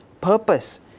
purpose